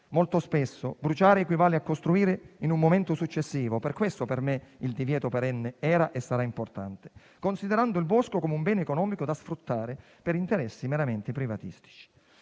Molto spesso bruciare equivale a costruire in un momento successivo (per questo, secondo me, il divieto perenne era e sarà importante), considerando il bosco come un bene economico da sfruttare per interessi meramente privatistici.